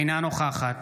אינה נוכחת